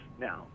now